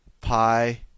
pi